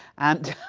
and